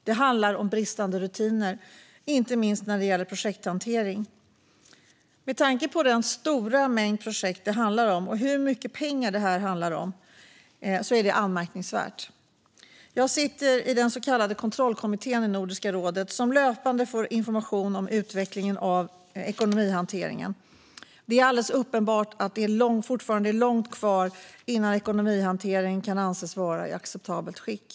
Det handlar om bristande rutiner, inte minst när det gäller projekthantering. Med tanke på den stora mängd projekt och de stora summor pengar det handlar om är detta anmärkningsvärt. Jag sitter i den så kallade kontrollkommittén i Nordiska rådet, som löpande får information om utvecklingen av ekonomihanteringen. Det är alldeles uppenbart att det fortfarande är långt kvar innan ekonomihanteringen kan anses vara i acceptabelt skick.